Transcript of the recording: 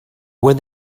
when